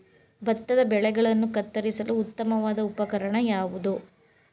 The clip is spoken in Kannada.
ಭತ್ತದ ಬೆಳೆಗಳನ್ನು ಕತ್ತರಿಸಲು ಉತ್ತಮವಾದ ಉಪಕರಣ ಯಾವುದು?